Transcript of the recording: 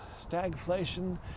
stagflation